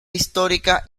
histórica